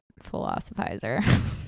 philosophizer